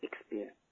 experience